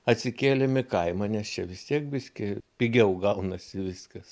atsikėlėm į kaimą nes čia vis tiek biskį pigiau gaunasi viskas